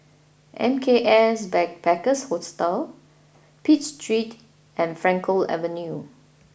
M K S Backpackers Hostel Pitt Street and Frankel Avenue